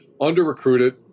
under-recruited